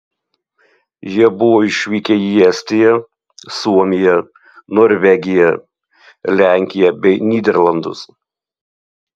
jie buvo išvykę į estiją suomiją norvegiją lenkiją bei nyderlandus